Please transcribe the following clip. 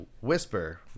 Whisper